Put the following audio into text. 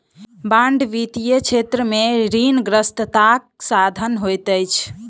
bond वित्तीय क्षेत्र में ऋणग्रस्तताक साधन होइत अछि